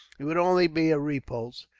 it would only be a repulse,